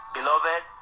Beloved